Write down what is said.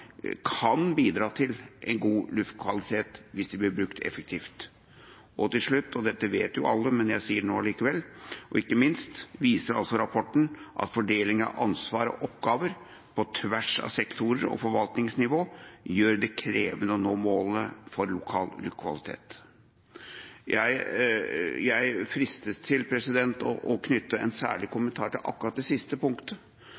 kan i større grad bidra til god luftkvalitet» – hvis de blir brukt effektivt. Og til slutt – og dette vet jo alle, men jeg sier det allikevel – viser rapporten ikke minst: «Fordeling av ansvar og oppgaver på tvers av sektorer og forvaltningsnivåer gjør det krevende å nå målene for lokal luftkvalitet.» Jeg er fristet til å knytte en særlig